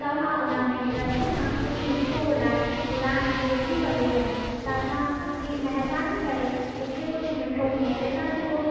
त मां उन में ग़लती सां कुझु मिठो घुराए घुराइणु भुलिजी वई हुयमि त तव्हां प्ली महिरबानी करे मूंखे कुझु मिठो मोकिले था सघो